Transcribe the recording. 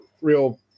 real